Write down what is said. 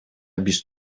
биз